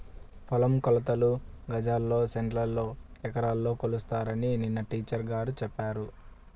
పొలం కొలతలు గజాల్లో, సెంటుల్లో, ఎకరాల్లో కొలుస్తారని నిన్న టీచర్ గారు చెప్పారు